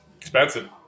Expensive